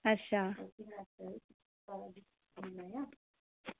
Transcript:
अच्छा